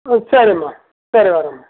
சரிம்மா சரி வரம்மா